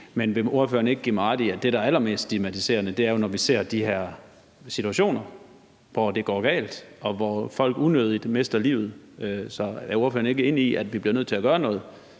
Men vil ordføreren ikke give mig ret i, at det, der er allermest stigmatiserende, jo er, når vi ser de her situationer, hvor det går galt, og hvor folk unødigt mister livet? Er ordføreren ikke enig i, at vi bliver nødt til at gøre noget,